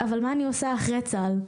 אבל מה אני עושה אחרי צה"ל?